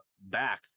back